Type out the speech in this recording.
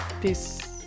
Peace